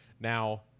Now